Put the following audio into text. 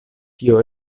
tio